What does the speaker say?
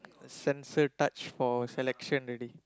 sensor touch for selection already